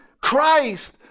Christ